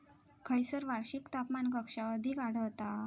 खैयसर वार्षिक तापमान कक्षा अधिक आढळता?